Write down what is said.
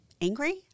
angry